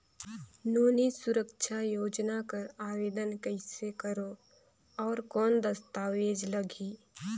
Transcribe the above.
नोनी सुरक्षा योजना कर आवेदन कइसे करो? और कौन दस्तावेज लगही?